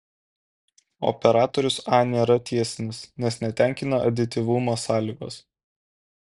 operatorius a nėra tiesinis nes netenkina adityvumo sąlygos